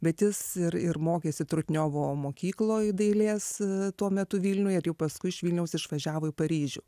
bet jis ir ir mokėsi trutniovo mokykloj dailės tuo metu vilniuj ir jau paskui iš vilniaus išvažiavo į paryžių